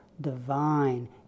divine